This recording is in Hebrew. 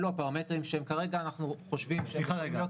אלו הפרמטרים שהם כרגע אנחנו חושבים --- סליחה רגע,